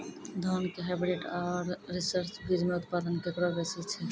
धान के हाईब्रीड और रिसर्च बीज मे उत्पादन केकरो बेसी छै?